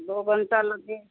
दो घंटा लगे